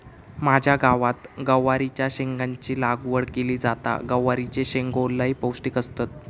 माझ्या गावात गवारीच्या शेंगाची लागवड केली जाता, गवारीचे शेंगो लय पौष्टिक असतत